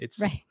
Right